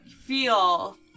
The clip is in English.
feel